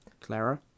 Clara